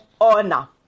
honor